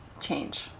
change